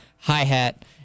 hi-hat